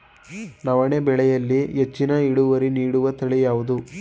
ನವಣೆ ಬೆಳೆಯಲ್ಲಿ ಹೆಚ್ಚಿನ ಇಳುವರಿ ನೀಡುವ ತಳಿ ಯಾವುದು?